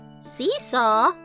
Seesaw